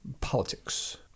politics